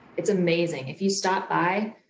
it's amazing. if you stop by,